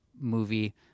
movie